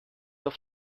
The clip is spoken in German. auf